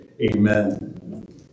Amen